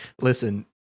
Listen